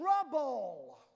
trouble